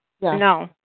No